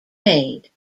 made